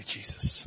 Jesus